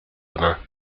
demain